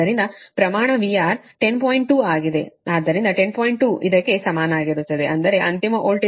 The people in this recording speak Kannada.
2 ಇದಕ್ಕೆ ಸಮಾನವಾಗಿರುತ್ತದೆ ಅಂದರೆ ಅಂತಿಮ ವೋಲ್ಟೇಜ್ ಕಳುಹಿಸುವುದು 11